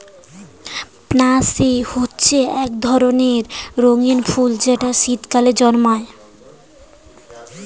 pansy হচ্ছে এক ধরনের রঙিন ফুল যেটা শীতকালে জন্মায়